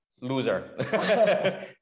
loser